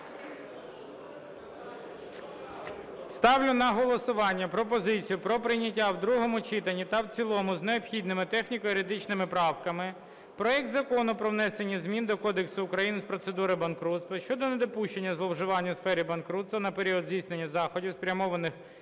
Ставлю на голосування пропозицію про прийняття в другому читанні та в цілому з необхідними техніко-юридичними правками проект Закону про внесення змін до Кодексу України з процедур банкрутства (щодо недопущення зловживань у сфері банкрутства на період здійснення заходів, спрямованих